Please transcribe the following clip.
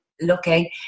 looking